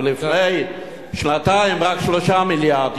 ולפני שנתיים רק 3 מיליארד.